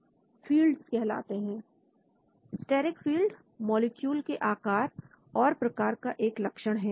you measure that and then you try to correlate with the activity These properties are known as fields MISSING DONE steric field molecule के आकार और प्रकार का एक लक्षण है